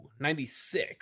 96